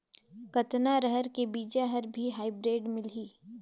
कतना रहर के बीजा हर भी हाईब्रिड मिलही?